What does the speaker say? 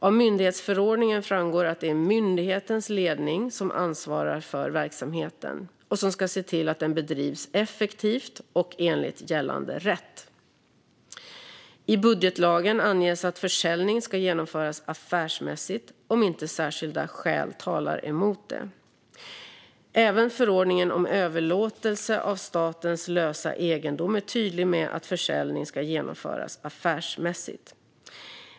Av myndighetsförordningen framgår att det är myndighetens ledning som ansvarar för verksamheten och som ska se till att den bedrivs effektivt och enligt gällande rätt. I budgetlagen anges att försäljning ska genomföras affärsmässigt, om inte särskilda skäl talar mot det. Även förordningen om överlåtelse av statens lösa egendom är tydlig med att försäljning ska genomföras affärsmässigt.